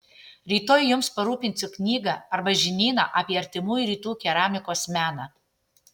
rytoj jums parūpinsiu knygą arba žinyną apie artimųjų rytų keramikos meną